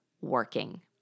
working